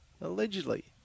Allegedly